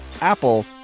Apple